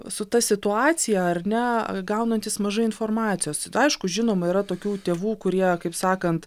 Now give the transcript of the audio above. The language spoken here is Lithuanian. su ta situacija ar ne gaunantys mažai informacijos aišku žinoma yra tokių tėvų kurie kaip sakant